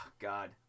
God